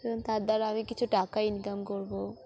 এবং তার দ্বারা আমি কিছু টাকা ইনকাম করবো